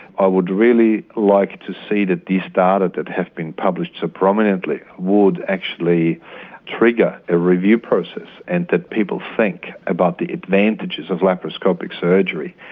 i would really like to see that these data that have been published so prominently would actually trigger a review process and that people think about the advantages of laparoscopic surgery.